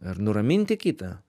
ir nuraminti kitą